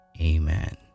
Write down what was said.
Amen